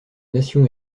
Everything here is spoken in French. nation